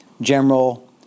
general